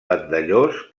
vandellòs